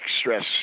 stress